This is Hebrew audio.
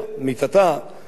גסיסתה,